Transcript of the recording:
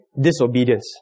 disobedience